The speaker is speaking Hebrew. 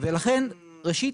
לכן ראשית